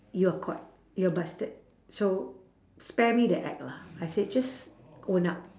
you're caught you're busted so spare me the act lah I said just own up